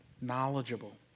knowledgeable